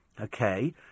okay